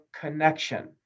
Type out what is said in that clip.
connection